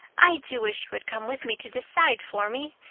i do wish you had come with me to decide for me.